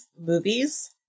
movies